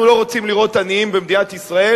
אנחנו לא רוצים לראות עניים במדינת ישראל,